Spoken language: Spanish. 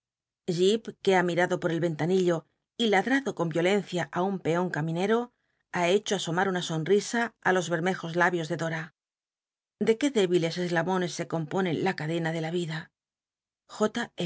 que ha mirado por el ventanillo y ladtado con violencia á un peon c minero ha hecho asoma una sonrisa ü los bermejos labios de dotn de qué débiles eslabones se compone la cadena de la vida